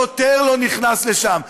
שוטר לא נכנס לשם,